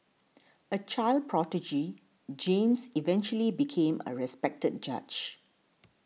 a child prodigy James eventually became a respected judge